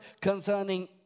concerning